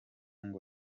ngo